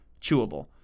Chewable